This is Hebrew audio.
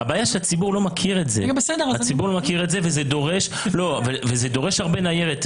הבעיה היא שהציבור לא מכיר את זה וזה דורש הרבה ניירת.